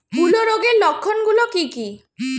হূলো রোগের লক্ষণ গুলো কি কি?